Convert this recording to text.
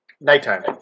Nighttime